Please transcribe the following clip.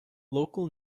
local